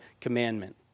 commandment